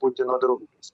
putino draugas